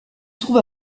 trouve